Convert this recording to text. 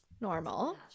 normal